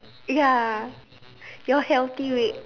ya your healthy weight